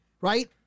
Right